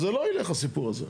אז זה לא ילך הסיפור הזה.